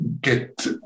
get